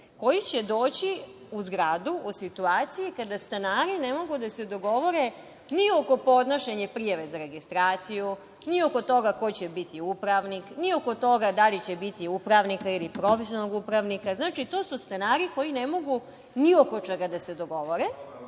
koji će doći u zgradu u situaciji kada stanari ne mogu da se dogovore ni oko podnošenja prijave za registraciju, ni oko toga ko će biti upravnik, ni oko toga da li će biti upravnika ili profesionalnog upravnika. Znači, to su stanari koji ne mogu ni oko čega da se dogovore.